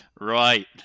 Right